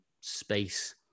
space